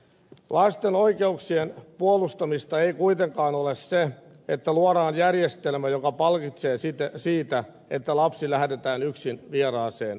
lasten oikeuksien puolustamista ei kuitenkaan ole se että luodaan järjestelmä joka palkitsee siitä että lapsi lähetetään yksin vieraaseen maahan